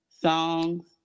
songs